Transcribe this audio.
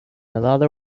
another